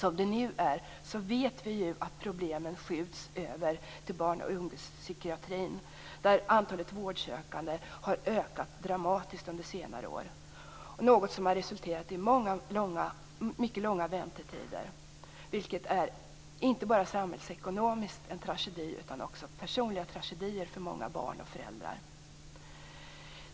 Vi vet, att problemen som det nu är skjuts över till barn och ungdomspsykiatrin, där antalet vårdsökande har ökat dramatiskt under senare år. Det har resulterat i mycket långa väntetider, vilket inte bara innebär en samhällsekonomisk tragedi utan också en personlig tragedi för många barn och föräldrar.